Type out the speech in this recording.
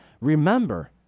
remember